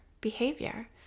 behavior